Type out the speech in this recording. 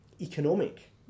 economic